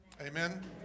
Amen